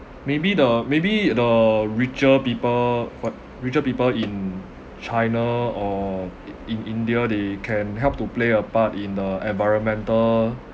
maybe the maybe the richer people what richer people in china or i~ in india they can help to play a part in the environmental